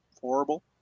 horrible